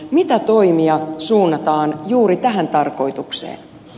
mitä toimia suunnataan juuri tähän tarkoitukseen